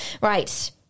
right